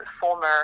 former